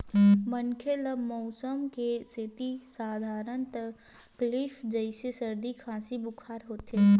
मनखे ल मउसम के सेती सधारन तकलीफ जइसे सरदी, खांसी, बुखार होथे